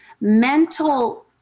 mental